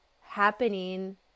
happening